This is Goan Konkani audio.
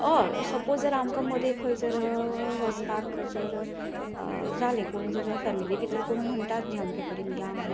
हय सपाोज जर आमकां जर मदींच खंय वचपाक जाय जर जाले कोणी जर फेमिली भितर जर फेमिली भितर कोण म्हणटाच न्हू अमके कडेन या म्हण